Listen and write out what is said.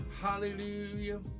hallelujah